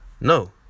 No